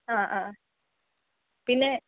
ആ ആ പിന്നെ